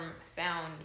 sound